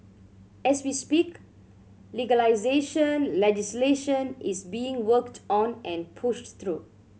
as we speak legalisation legislation is being worked on and pushed through